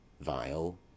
vile